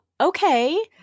okay